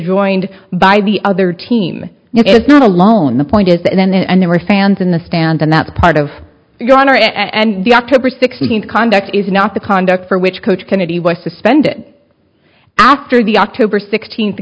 joined by the other team it's not alone the point is that and there are fans in the stands and that's part of your honor and the october sixteenth conduct is not the conduct for which coach kennedy was suspended after the october sixteenth